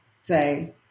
say